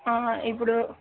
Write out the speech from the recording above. ఇప్పుడు